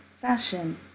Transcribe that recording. fashion